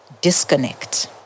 disconnect